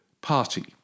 party